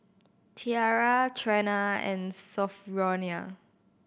Tiarra Trena and Sophronia